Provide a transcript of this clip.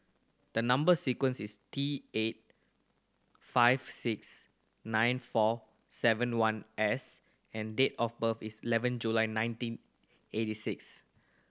the number sequence is T eight five six nine four seven one S and date of birth is eleven July nineteen eighty six